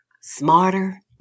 smarter